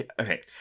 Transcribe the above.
okay